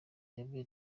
yabwiye